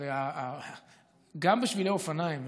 הרי גם בשבילי אופניים,